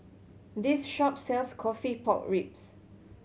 this shop sells coffee pork ribs